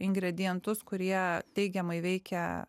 ingredientus kurie teigiamai veikia